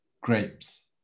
grapes